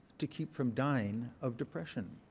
to keep from dying of depression.